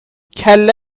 کله